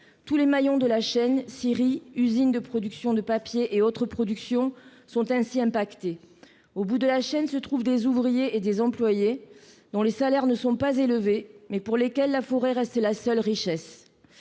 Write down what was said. Tous les maillons de la chaîne- scieries, usines de productions de papier et autres -sont ainsi affectés. Au bout de la chaîne se trouvent des ouvriers et des employés dont les salaires ne sont pas élevés et pour lesquels la forêt reste la seule richesse.